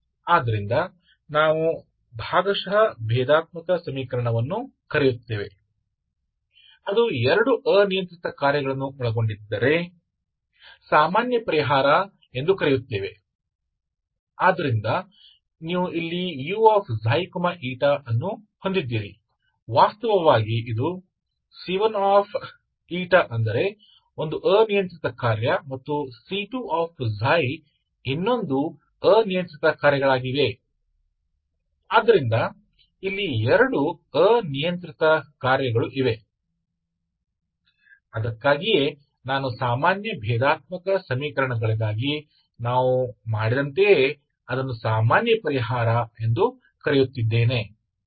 इसलिए हम partial differential समीकरण में बुलाते हैं जिसे हम सामान्य समाधान कहते हैं यदि इसमें दो आर्बिट्रेरी फंक्शंस शामिल हैं तो ठीक है तो आपके पास यहां है तोuξηवास्तव में C1 है जो एक आर्बिट्रेरी फंक्शंस है और C2 एक और आर्बिट्रेरी फंक्शन है इसलिए हमारे पास दो हैं यहाँ आर्बिट्रेरी फंक्शंस तो इसलिए है मैं इसे सामान्य हल कह रहा हूँ जैसे हमने साधारण डिफरेंशियल समीकरणों के लिए किया है